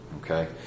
okay